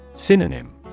Synonym